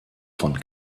von